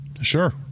Sure